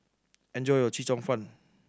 enjoy your Chee Cheong Fun